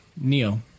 Neo